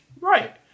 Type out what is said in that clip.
Right